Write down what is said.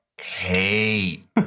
hate